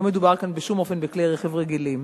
לא מדובר כאן בשום אופן בכלי רכב רגילים,